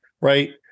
right